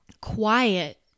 quiet